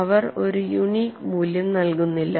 അവർ ഒരു യൂണീക് മൂല്യം നൽകുന്നില്ല